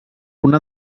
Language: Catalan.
una